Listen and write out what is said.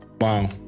wow